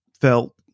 felt